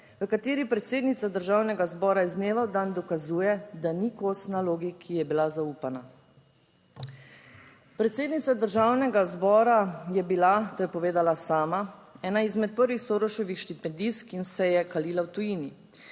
v kateri predsednica Državnega zbora iz dneva v dan dokazuje, da ni kos nalogi, ki ji je bila zaupana. Predsednica Državnega zbora je bila, to je povedala sama, ena izmed prvih Soroševih štipendistk in se je kalila v tujini,